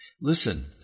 listen